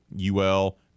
UL